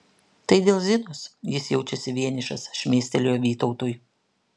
tai dėl zinos jis jaučiasi vienišas šmėstelėjo vytautui